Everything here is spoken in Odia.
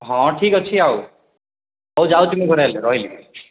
ହଁ ଠିକ୍ ଅଛି ଆଉ ହଉ ଯାଉଛି ମୁଁ ଘରେ ଏଇଲେ ରହିଲି